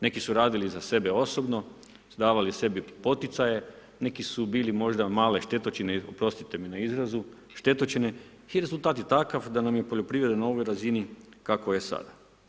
Neki su radili za sebe osobno, davali sebi poticaje, neki su bili možda male štetočine, oprostite mi na izrazu i rezultat je takav da nam je poljoprivreda na ovoj razini kako je sada.